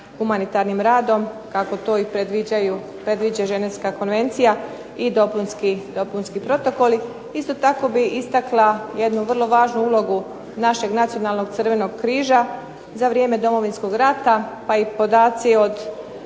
humanitarnim radom kako to predviđa Ženevska konvencija i dopunski protokoli. Isto tako bih istakla jednu važnu ulogu našeg internacionalnog Crvenog križa. Za vrijeme Domovinskog rata pa i podaci ou